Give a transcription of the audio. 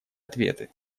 ответы